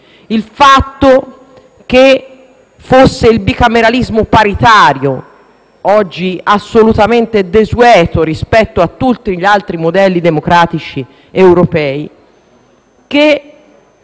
oggi assolutamente desueto rispetto a tutti gli altri modelli democratici europei, e che avesse bisogno di un cambiamento radicale.